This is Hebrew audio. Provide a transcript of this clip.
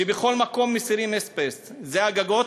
ובכל מקום מסירים אזבסט, זה הגגות.